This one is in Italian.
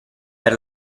per